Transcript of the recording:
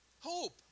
Hope